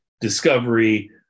discovery